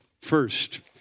first